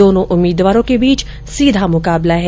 दोनों उम्मीदवारों के बीच सीधा मुकाबला है